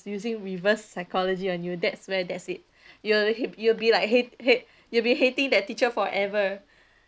using reverse psychology on you that's where that's it you're hi~ you'll be like hate hate you'll be hating that teacher forever